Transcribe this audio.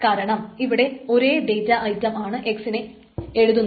കാരണം ഇവിടെ ഒരേ ഡേറ്റ ഐറ്റം ആയ x നെ എഴുതുന്നു